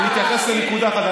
אני רוצה להתייחס לנקודה אחת.